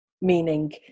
meaning